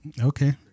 Okay